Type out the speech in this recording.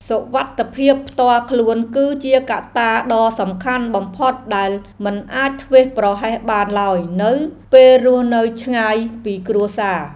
សុវត្ថិភាពផ្ទាល់ខ្លួនគឺជាកត្តាដ៏សំខាន់បំផុតដែលមិនអាចធ្វេសប្រហែសបានឡើយនៅពេលរស់នៅឆ្ងាយពីគ្រួសារ។